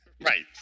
Right